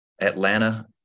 Atlanta